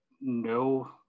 no